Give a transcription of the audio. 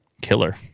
killer